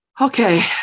okay